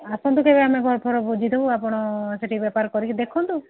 ଆସନ୍ତୁ କେବେ ଆମେ ଘର ଫର ବୁଝି ଦେବୁ ଆପଣ ସେଠି ବେପାର କରିକି ଦେଖନ୍ତୁ